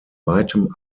weitem